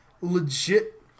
legit